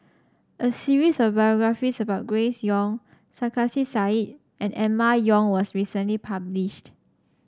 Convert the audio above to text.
a series of biographies about Grace Young Sarkasi Said and Emma Yong was recently published